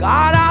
God